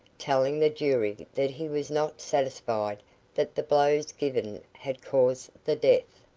telling the jury that he was not satisfied that the blows given had caused the death,